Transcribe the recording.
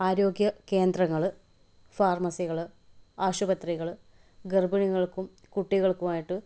ആരോഗ്യ കേന്ദ്രങ്ങൾ ഫാർമസികൾ ആശുപത്രികൾ ഗർഭിണികൾക്കും കുട്ടികൾക്കുമായിട്ട്